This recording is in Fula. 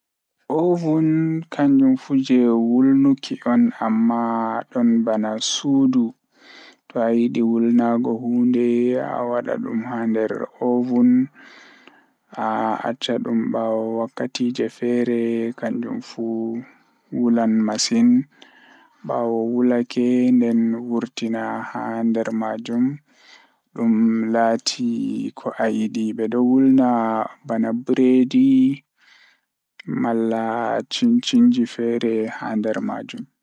Ovin o waɗa naŋŋude fiyaangu sabu rewɓe laawol sabu ngal. Ko laawol ngal o waɗa rewɓe hoore njamaaji, e hoore ngal, rewɓe rewɓe sabu fiyaangu. Ko ovin ngal laawol fiyaangu, ɗum seɗɗa e rewɓe fiyaangu sabu fiyaangu ngal. O waɗa naŋŋude e hoore sabu fiyaangu fiyaangu, o njiddaade sabu nguurndam ngal ngal.